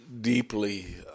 deeply